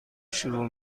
شروع